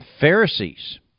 Pharisees